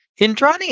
Indrani